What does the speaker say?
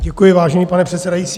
Děkuji, vážený pane předsedající.